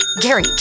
Gary